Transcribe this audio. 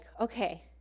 okay